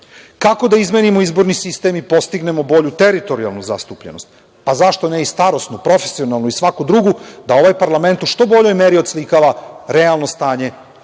Kako da izmenimo izborni sistem i postignemo bolju teritorijalnu zastupljenost, a zašto ne i starosnu, profesionalnu i svaku drugu, da ovaj parlament u što boljoj meri oslikava realno stanje